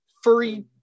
Furry